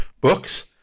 Books